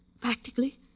Practically